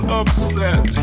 upset